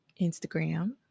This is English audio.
Instagram